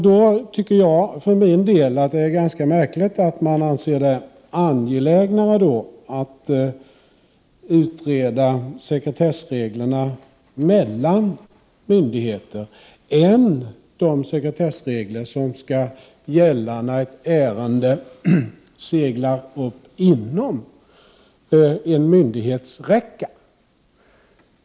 Då tycker jag för min del att det är ganska märkligt att man anser det mer angeläget att utreda sekretessreglerna mellan myndigheter än de sekretessregler som skall gälla när ett ärende seglar upp inom en myndighetsräcka.